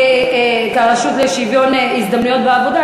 כרשות לשוויון ההזדמנויות בעבודה,